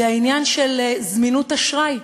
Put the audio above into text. זה העניין של זמינות אשראי.